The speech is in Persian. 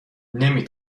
نمی